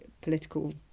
political